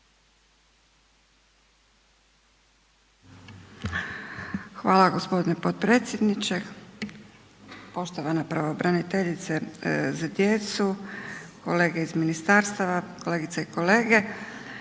Hvala g. potpredsjedniče, poštovana pravobraniteljice za djecu, kolege iz ministarstava, kolegice i kolege.